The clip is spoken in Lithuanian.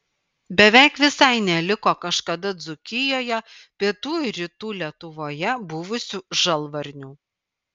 beveik visai neliko kažkada dzūkijoje pietų ir rytų lietuvoje buvusių žalvarnių